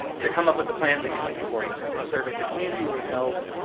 to come up with the plans that you see before you so they've surveyed the community they've held